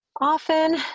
Often